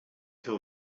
till